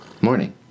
Morning